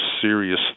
serious